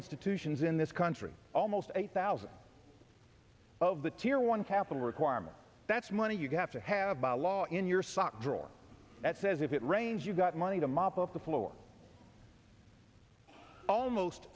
institutions in this country almost eight thousand of the tier one capital requirement that's money you have to have by law in your sock drawer that says if it rains you've got money to mop up the floor almost